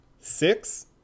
six